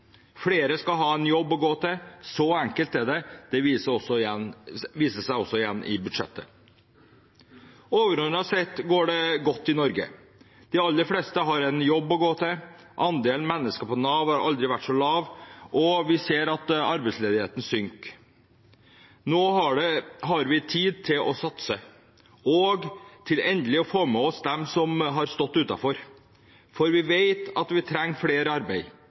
Flere skal ha en jobb å gå til – så enkelt er det. Det vises også i budsjettet. Overordnet sett går det godt i Norge. De aller fleste har en jobb å gå til. Andelen mennesker på Nav har aldri vært så lav, og vi ser at arbeidsledigheten synker. Nå har vi tid til å satse og til endelig å få med oss dem som har stått utenfor, for vi vet at vi trenger flere i arbeid.